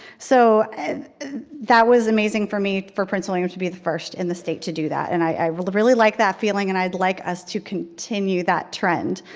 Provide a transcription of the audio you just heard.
so that was amazing for me for prince william county to be the first in the state to do that and i really really like that feeling and i'd like us to continue that trend.